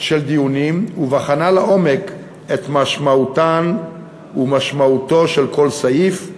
של דיונים ובחנה לעומק את משמעותו של כל סעיף,